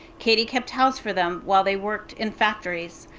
katie kept house for them while they worked in factories.